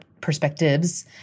perspectives